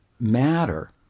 Matter